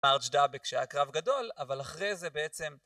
ארג' דאבק שהיה קרב גדול, אבל אחרי זה בעצם...